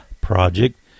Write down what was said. Project